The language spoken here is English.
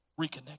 Reconnect